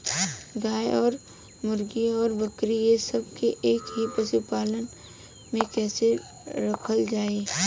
गाय और मुर्गी और बकरी ये सब के एक ही पशुपालन में कइसे रखल जाई?